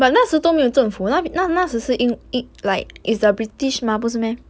but 那时都没有政府是不是 in like the british before they call you will 征服了下雪 liquid you is not 是 british mah